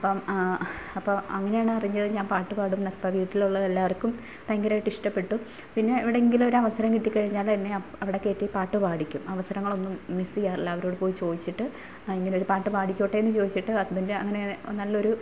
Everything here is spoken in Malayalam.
അപ്പോൾ അപ്പോൾ അങ്ങനെയാണ് അറിഞ്ഞത് ഞാൻ പാട്ട് പാടുമെന്ന് അപ്പോൾ വീട്ടിലുള്ള എല്ലാവർക്കും ഭയങ്കരമായിട്ട് ഇഷ്ടപ്പെട്ടു പിന്നെ എവിടെയെങ്കിലും ഒരവസരം കിട്ടിക്കഴിഞ്ഞാൽ എന്നെ അവിടെ കയറ്റി പാട്ട് പാടിക്കും അവസരങ്ങളൊന്നും മിസ് ചെയ്യാറില്ല അവരോട് പോയി ചോദിച്ചിട്ട് ആ ഇങ്ങനെ ഒരു പാട്ട് പാടിക്കോട്ടെയെന്ന് ചോദിച്ചിട്ട് ഹസ്ബൻഡ് അങ്ങനെ നല്ലൊരു